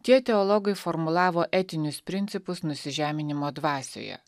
tie teologai formulavo etinius principus nusižeminimo dvasioje